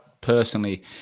personally